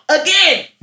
again